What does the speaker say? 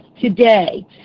today